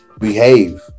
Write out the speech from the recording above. behave